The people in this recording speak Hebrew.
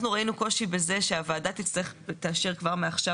אנחנו ראינו קושי בזה שהוועדה תאשר כבר מעכשיו